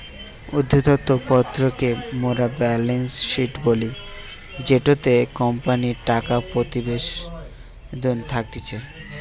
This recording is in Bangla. উদ্ধৃত্ত পত্র কে মোরা বেলেন্স শিট বলি জেটোতে কোম্পানির টাকা প্রতিবেদন থাকতিছে